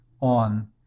On